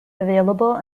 available